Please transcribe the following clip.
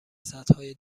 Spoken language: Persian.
سدهای